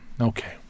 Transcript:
Okay